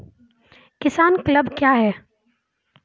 किसान क्लब क्या हैं?